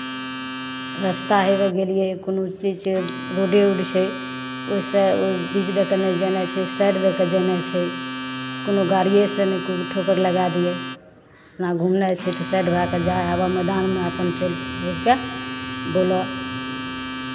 रस्ता आबि गेलियै कोनो चीज छै रोडे उड छै ओहिसँ ओहि बीच दऽ कऽ नहि जेनाइ छै साइड दऽ कऽ जेनाइ छै कोनो गाड़िएसँ नहि कोइ ठोकर लगा दिए जेना घुमनाइ छै तऽ साइड भए कऽ जाय आबह मैदानमे अपन चलि फिरि कऽ बुलह